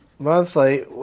Monthly